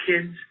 kids